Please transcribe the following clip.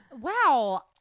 wow